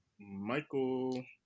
Michael